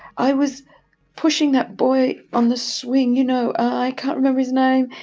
i was pushing that boy on the swing. you know, i can't remember his name.